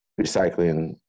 recycling